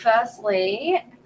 firstly